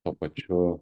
tuo pačiu